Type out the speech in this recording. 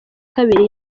kabiri